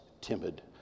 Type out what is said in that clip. timid